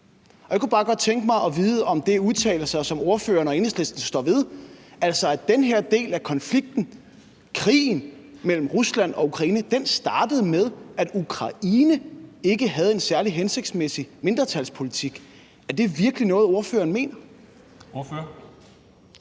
Jeg kunne bare godt tænke mig at vide, om det er udtalelser, som ordføreren og Enhedslisten står ved, altså at den her del af konflikten – krigen mellem Rusland og Ukraine – startede med, at Ukraine ikke havde en særlig hensigtsmæssig mindretalspolitik. Er det virkelig noget, ordføreren mener? Kl.